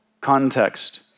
context